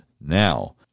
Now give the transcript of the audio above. Now